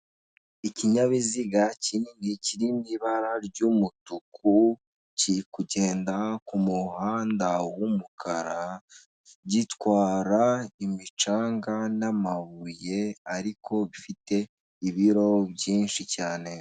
Ikinyabiziga kinini kiri mu ibara ry'umutuku kiri kugenda ku muhanda w'umukara, gitwara imicanga n'amabuye ariko bifite ibiro byinshi cyane.